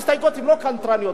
ההסתייגויות הן לא קנטרניות.